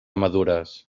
madures